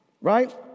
right